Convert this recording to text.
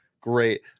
great